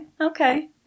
Okay